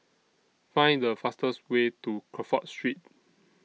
Find The fastest Way to Crawford Street